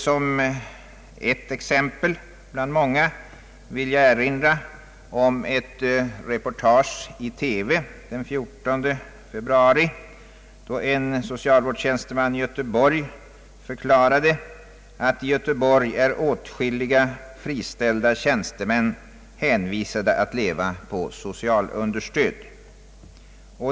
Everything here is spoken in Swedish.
Som ett exempel bland många vill jag erinra om ett reportage i TV den 14 februari, då en socialvårdstjänsteman i Göteborg förklarade att i Göteborg är åtskilliga friställda tjänstemän hänvisade till att leva på socialunderstöd.